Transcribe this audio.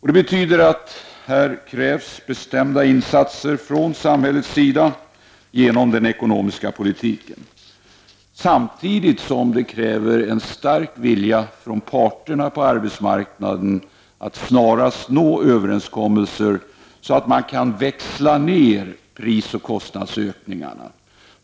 Detta betyder att här krävs bestämda insatser från samhällets sida genom den ekonomiska politiken. Samtidigt krävs en stark vilja från parterna på arbetsmarknaden att snarast nå överenskommelser, så att man kan växla ned prisoch kostnadsökningarna.